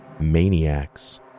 maniacs